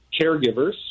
caregivers